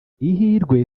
ihirwe